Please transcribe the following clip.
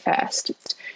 first